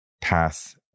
path